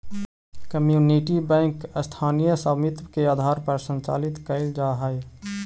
community bank स्थानीय स्वामित्व के आधार पर संचालित कैल जा हइ